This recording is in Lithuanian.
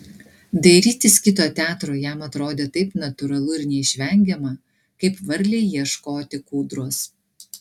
dairytis kito teatro jam atrodė taip natūralu ir neišvengiama kaip varlei ieškoti kūdros